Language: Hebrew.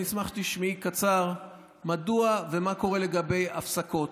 אני אשמח שתשמעי בקצרה מדוע ומה קורה לגבי הפסקות.